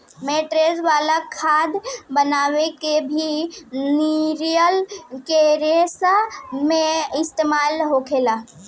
mattress वाला गद्दा बनावे में भी नारियल के रेशा के इस्तेमाल होला